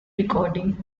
recording